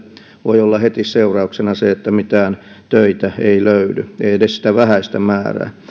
voi olla heti seurauksena se että mitään töitä ei löydy ei edes sitä vähäistä määrää